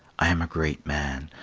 i am a great man,